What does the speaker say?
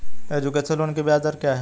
Education loan की ब्याज दर क्या है?